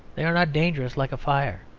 they are not dangerous like a fire,